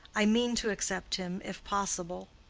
i mean to accept him, if possible.